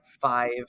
five